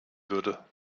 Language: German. würde